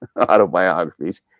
autobiographies